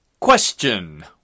Question